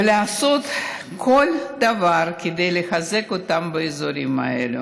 ולעשות כל דבר כדי לחזק אותם באזורים האלה.